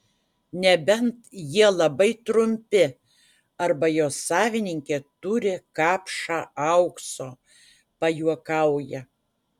nebent jie labai trumpi arba jo savininkė turi kapšą aukso pajuokauja